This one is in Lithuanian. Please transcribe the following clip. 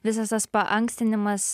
visas tas paankstinimas